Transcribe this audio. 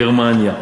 גרמניה,